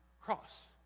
cross